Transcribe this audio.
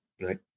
right